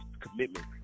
commitment